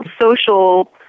social